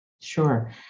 Sure